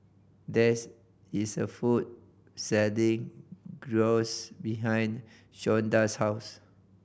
there is is a food selling Gyros behind Shonda's house